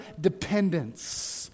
dependence